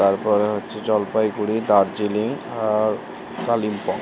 তারপরে হচ্ছে জলপাইগুড়ি দার্জিলিং আর কালিম্পং